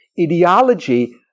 ideology